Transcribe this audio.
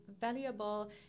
valuable